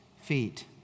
feet